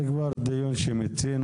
את הדיון הזה מיצינו.